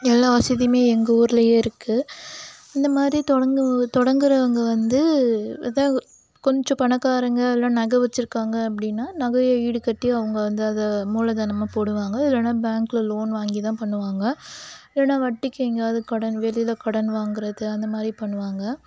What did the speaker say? எல்லா வசதியுமே எங்கள் ஊரிலையே இருக்கு இந்த மாதிரி தொடர்ந்து தொடங்குறவங்க வந்து இதான் கொஞ்சம் பணக்காரவங்க இல்லை நகை வச்சுருக்காங்க அப்படின்னா நகையை ஈடுக்கட்டி அவங்க வந்து அதை மூலதனமாக போடுவாங்க இல்லைன்னா பேங்கில் லோன் வாங்கிதான் பண்ணுவாங்க இல்லைன்னா வட்டிக்கு எங்கேயாது கடன் வெளியில கடன் வாங்குறது அந்தமாதிரி பண்ணுவாங்க